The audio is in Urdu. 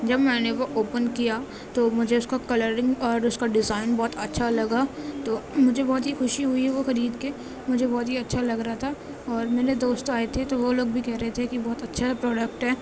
جب میں نے وہ اوپن کیا تو مجھے اس کا کلرنگ اور اس كا ڈیزائن بہت اچھا لگا تو مجھے بہت ہی خوشی ہوئی وہ خرید کے مجھے بہت ہی اچھا لگ رہا تھا اور میرے دوست آئے تھے تو وہ لوگ بھی کہہ رہے تھے کہ بہت اچھا پروڈکٹ ہے